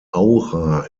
aura